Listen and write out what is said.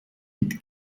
mit